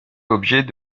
l’objet